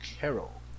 Carol